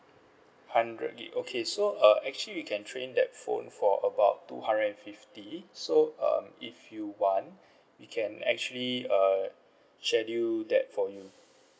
hundred eight okay so uh actually we can trade in that phone for about two hundred and fifty so um if you want we can actually err schedule that for you